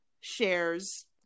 shares